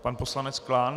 Pan poslanec Klán.